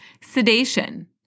Sedation